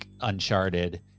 uncharted